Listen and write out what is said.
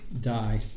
Die